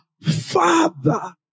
father